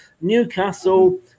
Newcastle